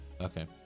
Okay